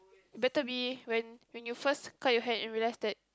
better be when when you first cut your hair and you realise that